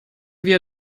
wir